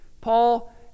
Paul